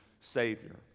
Savior